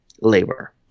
labor